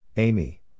Amy